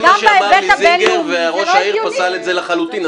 זה מה שאמר לי זינגר וראש העיר פסל את זה לחלוטין,